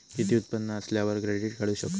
किती उत्पन्न असल्यावर क्रेडीट काढू शकतव?